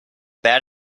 bad